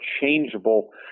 changeable